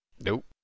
Nope